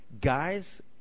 Guys